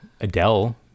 Adele